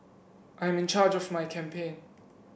I'm in charge of my campaign